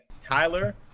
Tyler